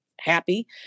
happy